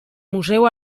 museu